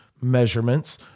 measurements